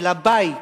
שלאווירה של הבית,